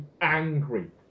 angry